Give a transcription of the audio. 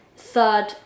Third